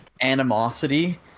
animosity